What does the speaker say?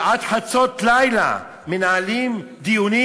שעד חצות לילה מנהלים דיונים,